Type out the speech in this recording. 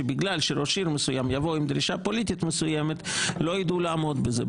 שבגלל שראש עיר מסוים יבוא עם דרישה פוליטית מסוימת לא יידעו לעמוד בזה.